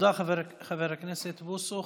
תודה רבה, חבר הכנסת בוסו.